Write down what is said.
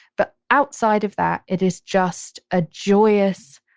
but outside of that, it is just a joyous,